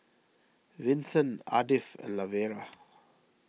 Vinson Ardith and Lavera